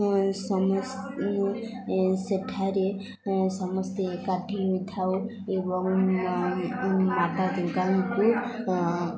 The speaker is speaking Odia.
ସେଠାରେ ସମସ୍ତେ ଏକାଠି ହୋଇଥାଉ ଏବଂ ମାତା ଦୁର୍ଗାଙ୍କୁ